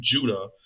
Judah